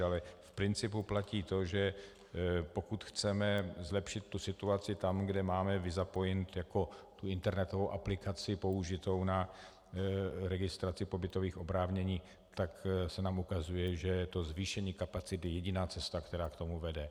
Ale v principu platí to, že pokud chceme zlepšit situaci tam, kde máme Visapoint jako tu internetovou aplikaci použitou na registraci pobytových oprávnění, tak se nám ukazuje, že zvýšení kapacity je jediná cesta, která k tomu vede.